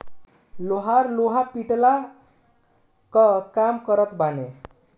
लोहार लोहा पिटला कअ काम करत बाने